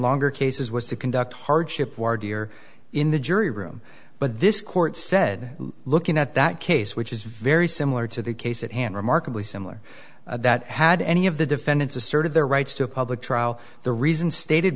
longer cases was to conduct hardship wardy or in the jury room but this court said looking at that case which is very similar to the case at hand remarkably similar that had any of the defendants asserted their rights to a public trial the reason stated